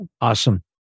Awesome